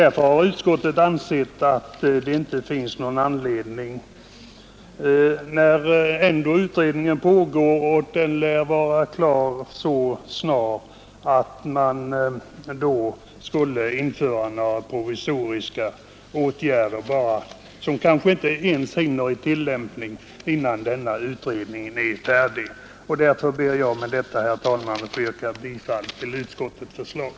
Eftersom utredningen pågår och lär bli färdig så snart, har utskottet ansett att det inte finns någon anledning att vidta några provisoriska åtgärder, som kanske inte ens hinner komma i tillämpning innan utredningen blir slutförd. Jag ber med dessa ord, herr talman, att få yrka bifall till utskottets hemställan.